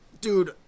dude